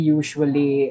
usually